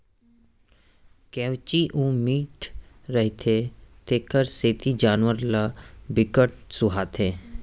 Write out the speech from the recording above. केंवची अउ मीठ रहिथे तेखर सेती जानवर ल बिकट सुहाथे